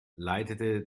leitete